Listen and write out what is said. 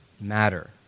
matter